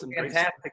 fantastic